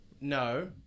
No